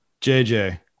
JJ